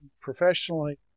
professionally